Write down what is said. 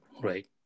Right